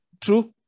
True